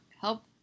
help